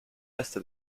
est